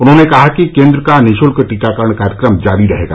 उन्होंने कहा कि केन्द्र का निःशुल्क टीकाकरण कार्यक्रम जारी रहेगा